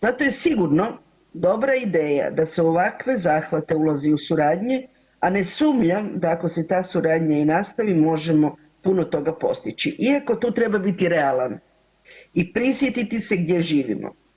Zato je sigurno dobra ideja da se u ovakve zahvate ulazi u suradnji, a ne sumnjam da ako se ta suradnja i nastavi možemo puno toga postići iako tu treba biti realan i prisjetiti se gdje živimo.